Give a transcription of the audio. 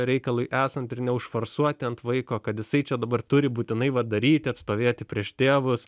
reikalui esant ir neužforsuoti ant vaiko kad jisai čia dabar turi būtinai va daryti atstovėti prieš tėvus